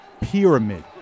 Pyramid